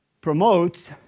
promotes